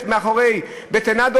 שמסתתרת מאחורי בטונדות"